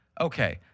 Okay